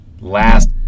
last